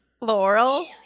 Laurel